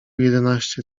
jedenaście